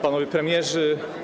Panowie Premierzy!